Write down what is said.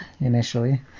initially